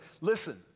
listen